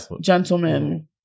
gentlemen